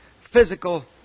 physical